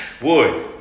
Boy